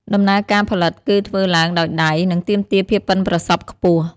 ដំណើរការផលិតគឺធ្វើឡើងដោយដៃ និងទាមទារភាពប៉ិនប្រសប់ខ្ពស់។